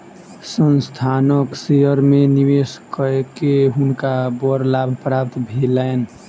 संस्थानक शेयर में निवेश कय के हुनका बड़ लाभ प्राप्त भेलैन